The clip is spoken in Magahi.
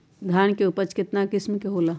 धान के उपज केतना किस्म के होला?